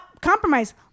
compromise